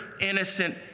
innocent